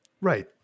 right